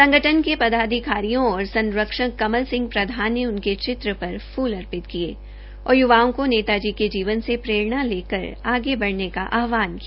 संगठन के पदाधिकारियों और संरक्षक कमल सिंह प्रधान ने उनके चित्र पर फूल अर्पित किए और युवाओं को नेताजी के जीवन से प्रेरणा लेकर आगे बढने का आहवान किया